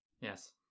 Yes